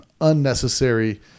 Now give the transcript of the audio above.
unnecessary